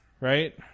right